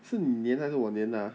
是你粘还是我粘的啊